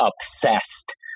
obsessed